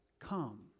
come